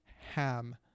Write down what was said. ham